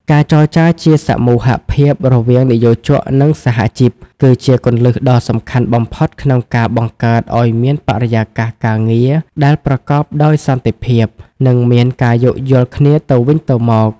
ការចរចាជាសមូហភាពរវាងនិយោជក និងសហជីព គឺជាគន្លឹះដ៏សំខាន់បំផុតក្នុងការបង្កើតឱ្យមានបរិយាកាសការងារដែលប្រកបដោយសន្តិភាព និងមានការយោគយល់គ្នាទៅវិញទៅមក។